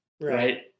right